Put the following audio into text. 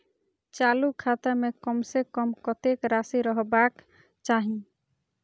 चालु खाता में कम से कम कतेक राशि रहबाक चाही?